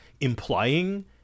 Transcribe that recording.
implying